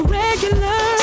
regular